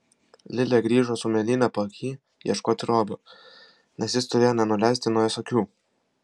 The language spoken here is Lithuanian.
lilė grįžo su mėlyne paaky ieškoti robio nes jis turėjo nenuleisti nuo jos akių